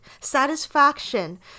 satisfaction